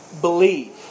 believe